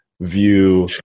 view